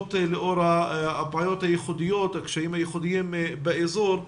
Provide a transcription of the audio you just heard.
וזאת לאור הבעיות והקשיים הייחודיים באזור,